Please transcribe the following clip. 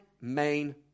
main